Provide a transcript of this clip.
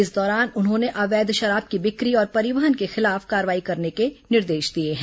इस दौरान उन्होंने अवैध शराब की बिक्री और परिवहन के खिलाफ कार्रवाई करने के निर्देश दिए हैं